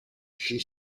she